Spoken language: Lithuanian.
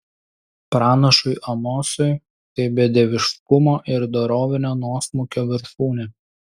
pranašui amosui tai bedieviškumo ir dorovinio nuosmukio viršūnė